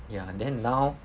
ya and then now